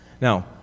Now